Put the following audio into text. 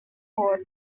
court